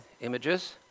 images